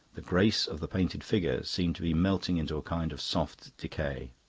the grace of the painted figure seemed to be melting into a kind of soft decay.